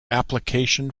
application